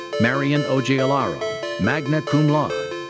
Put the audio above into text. marian ojealaro, magna cum laude.